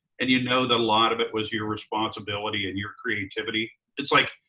and you know that a lot of it was your responsibility and your creativity. it's like,